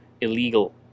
illegal